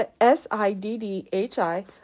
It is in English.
s-i-d-d-h-i